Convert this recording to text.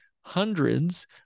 hundreds